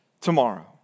tomorrow